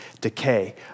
decay